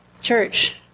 Church